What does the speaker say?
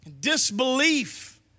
disbelief